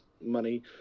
money